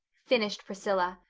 finished priscilla.